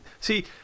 see